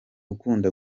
ukunda